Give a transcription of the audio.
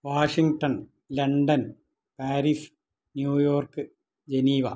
Washington London Paris New York Geneva